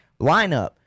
lineup